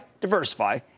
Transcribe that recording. diversify